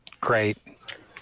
Great